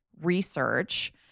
research